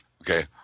Okay